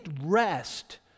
rest